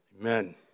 Amen